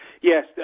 Yes